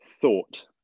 thought